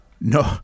No